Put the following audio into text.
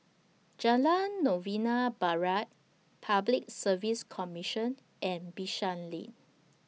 Jalan Novena Barat Public Service Commission and Bishan Lane